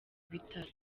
bitaro